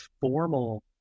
formal